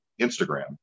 Instagram